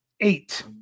Eight